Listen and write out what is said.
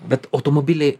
bet automobiliai